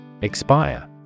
Expire